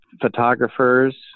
photographers